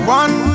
one